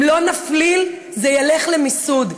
אם לא נפליל, זה ילך למיסוד.